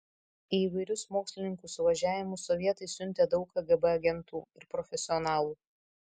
į įvairius mokslininkų suvažiavimus sovietai siuntė daug kgb agentų ir profesionalų